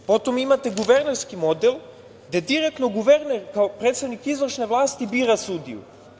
Potom imate guvernerski model gde direktno guverner kao predsednik izvršne vlasti bira sudiju.